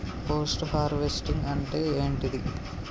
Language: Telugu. పోస్ట్ హార్వెస్టింగ్ అంటే ఏంటిది?